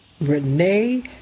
Renee